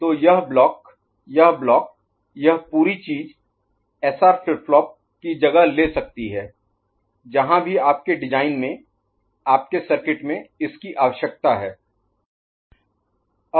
तो यह ब्लॉक यह ब्लॉक यह पूरी चीज एसआर फ्लिप फ्लॉप की जगह ले सकती है जहां भी आपके डिज़ाइन में आपके सर्किट में इसकी आवश्यकता है